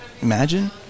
imagine